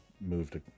moved